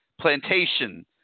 Plantation